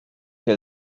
que